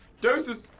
deuces,